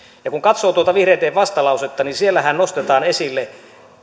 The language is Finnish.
kun katsoo tuota vihreiden vastalausetta niin siellähän nostetaan esille